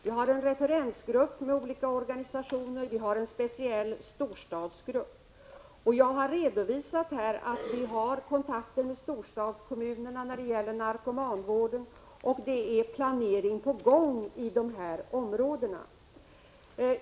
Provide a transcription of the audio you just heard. Vi har en referensgrupp med olika organisationer representerade, och vi har en speciell storstadsgrupp. Jag har här redovisat att vi har kontakter med storstadskommunerna när det gäller narkomanvården och att man planerar åtgärder i de områdena.